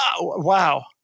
Wow